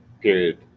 Period